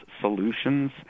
solutions